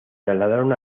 trasladaron